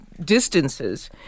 distances